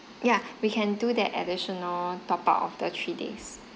yeah we can do that additional top up of the three days